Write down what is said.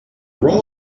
roll